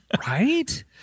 Right